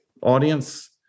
audience